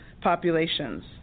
populations